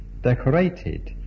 decorated